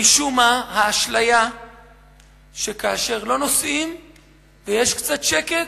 משום מה, האשליה שכאשר לא נוסעים ויש קצת שקט,